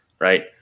right